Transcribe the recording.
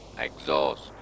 exhaust